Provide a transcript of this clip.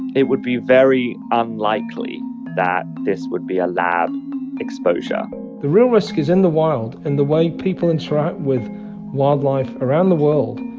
it would be very unlikely that this would be a lab exposure the real risk is in the wild and the way people interact with wildlife around the world.